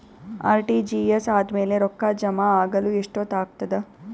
RTGS ಆದ್ಮೇಲೆ ರೊಕ್ಕ ಜಮಾ ಆಗಲು ಎಷ್ಟೊತ್ ಆಗತದ?